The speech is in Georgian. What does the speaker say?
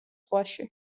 ზღვაში